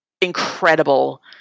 incredible